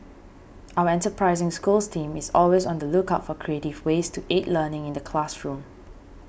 our enterprising Schools team is always on the lookout for creative ways to aid learning in the classroom